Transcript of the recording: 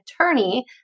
attorney